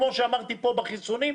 כמו שאמרתי פה בחיסונים,